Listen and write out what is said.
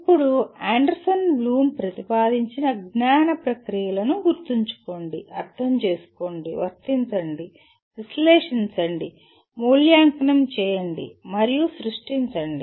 ఇప్పుడు Anderson Bloom ప్రతిపాదించిన జ్ఞాన ప్రక్రియలు గుర్తుంచుకోండి అర్థం చేసుకోండి వర్తించండి విశ్లేషించండిఅనలైజ్ మూల్యాంకనం చేయండిఎవాల్యుయేట్ మరియు సృష్టించండి